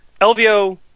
LVO